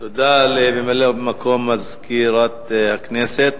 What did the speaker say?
תודה לסגן מזכירת הכנסת.